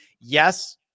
Yes